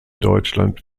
deutschland